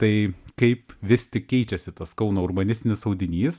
tai kaip vis tik keičiasi tas kauno urbanistinis audinys